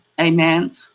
Amen